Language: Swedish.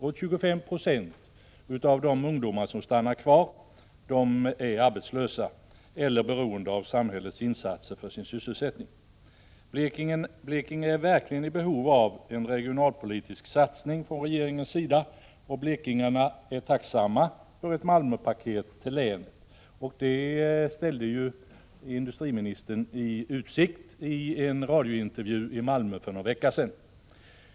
25 96 av de ungdomar som stannar kvar är arbetslösa eller beroende av samhällets insatser för sin sysselsättning. Blekinge är verkligen i behov av en regionalpolitisk satsning från regeringens sida, och blekingarna är tacksamma för ett ”Malmöpaket” till länet. Ett sådant ställde ju industriministern i utsikt i en radiointervju i Malmö för någon vecka sedan.